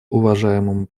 уважаемому